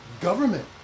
Government